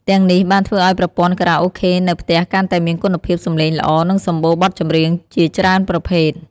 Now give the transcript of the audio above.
ទាំងនេះបានធ្វើឲ្យប្រព័ន្ធខារ៉ាអូខេនៅផ្ទះកាន់តែមានគុណភាពសំឡេងល្អ និងសម្បូរបទចម្រៀងជាច្រើនប្រភេទ។